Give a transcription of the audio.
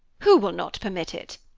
who will not permit it?